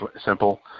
simple